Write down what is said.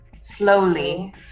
Slowly